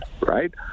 Right